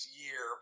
year